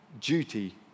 duty